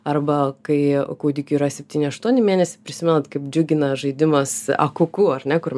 arba kai kūdikiui yra septyni aštuoni mėnesiai prisimenat kaip džiugina žaidimas akuku ar ne kur